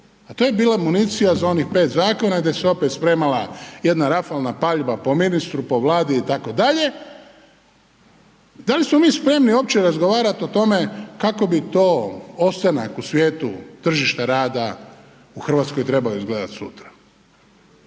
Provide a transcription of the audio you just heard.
a to je bila municija za onih 5 zakona gdje se opet spremala jedna rafalna paljba po ministru, po Vladi itd. Da li smo spremni uopće razgovarati o tome kako bi to ostanak u svijetu tržišta rada u Hrvatskoj trebao izgledati sutra